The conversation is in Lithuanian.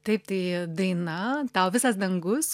taip tai daina tau visas dangus